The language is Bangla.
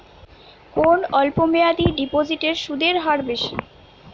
কোন অল্প মেয়াদি ডিপোজিটের সুদের হার বেশি?